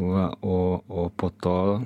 va o o po to